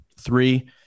three